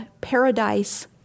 Paradise